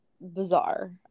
Bizarre